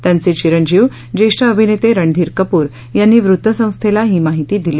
त्यांचे चिरंजीव ज्येष्ठ अभिनेते रणधीर कपूर यांनी वृत्तसंस्थेला ही माहिती दिली